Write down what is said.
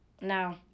No